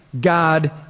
God